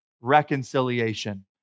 reconciliation